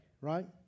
right